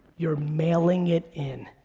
you're mailing it in.